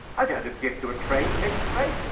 i don't object to a trade taking place,